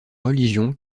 religion